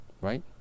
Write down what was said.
Right